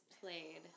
played